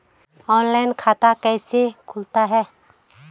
Online खाता कैसे खुलता है?